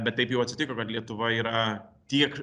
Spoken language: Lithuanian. bet taip jau atsitiko kad lietuva yra tiek